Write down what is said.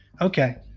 Okay